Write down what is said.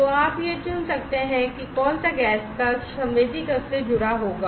तो आप यह चुन सकते हैं कि कौन सा गैस कक्ष संवेदी कक्ष से जुड़ा होगा